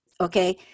Okay